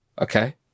Okay